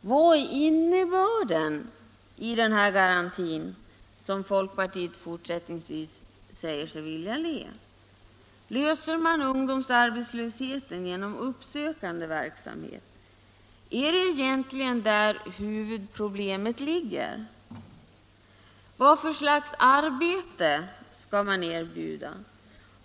Vad är innebörden i den här garantin, som folkpartiet fortsättningsvis säger sig vilja ge? Löser man frågan om ungdomarnas arbetslöshet genom uppsökande verksamhet? Är det egentligen där huvudproblemet ligger? Vad för slags arbete skall man erbjuda?